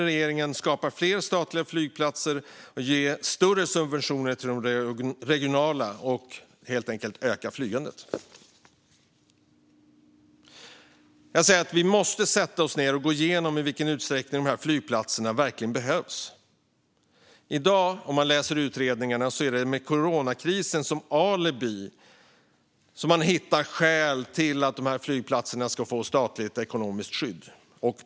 Regeringen vill skapa fler statliga flygplatser och ge större subventioner till de regionala - helt enkelt öka flygandet. Vi måste sätta oss ned och gå igenom i vilken utsträckning dessa flygplatser verkligen behövs. Enligt utredningar har man i dag coronakrisen som alibi för att hitta skäl för att flygplatser ska få statligt ekonomiskt skydd.